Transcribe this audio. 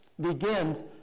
begins